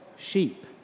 Sheep